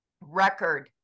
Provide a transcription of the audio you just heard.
Record